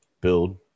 build